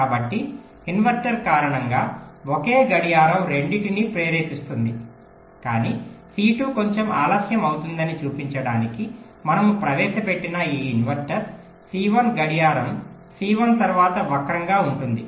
కాబట్టి ఇన్వర్టర్ కారణంగా ఒకే గడియారం రెండింటినీ ప్రేరేపిస్తుంది కాని C2 కొంచెం ఆలస్యం అవుతుందని చూపించడానికి మనము ప్రవేశపెట్టిన ఈ ఇన్వర్టర్ C1 గడియారం C1 తరువాత వక్రంగా ఉంటుంది